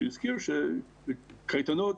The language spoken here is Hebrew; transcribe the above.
שהזכיר שקייטנות